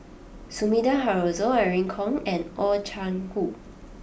Sumida Haruzo Irene Khong and Oh Chai Hoo